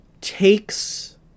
takes